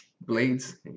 blades